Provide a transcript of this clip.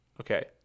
Okay